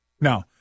Now